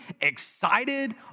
excited